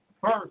First